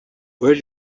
where